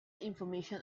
information